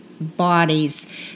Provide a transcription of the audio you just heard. bodies